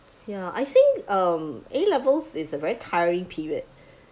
ya I think um A levels is a very tiring period